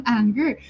anger